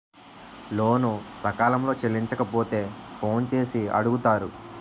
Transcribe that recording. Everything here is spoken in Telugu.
లోను సకాలంలో చెల్లించకపోతే ఫోన్ చేసి అడుగుతారు